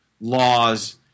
laws